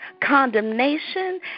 condemnation